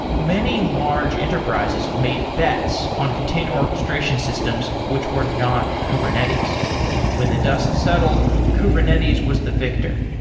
many large enterprises made bets on container orchestration systems, which were not kubernetes when the dust settled, kubernetes was the victor.